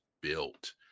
built